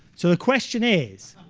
so the question is